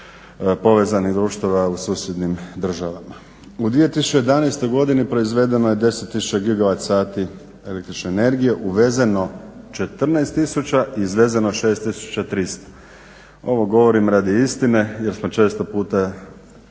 povezanih društava u susjednim državama. U 2011. godini proizvedeno je 10000 gigavat sati električne energije, uvezeno 14000 i izvezeno 6300. Ovo govorim radi istine jer smo često puta